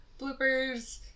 bloopers